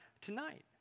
tonight